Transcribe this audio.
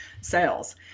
sales